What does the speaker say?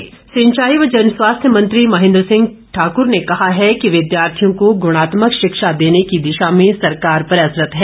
महेन्द्र सिंह सिंचाई व जनस्वास्थ्य मंत्री महेन्द्र सिंह ने कहा है कि विद्यार्थियों को गुणात्मक शिक्षा देने की दिशा में सरकार प्रयासरत है